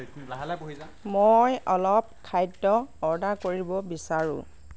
মই অলপ খাদ্য অৰ্ডাৰ কৰিব বিচাৰো